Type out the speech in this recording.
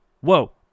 whoa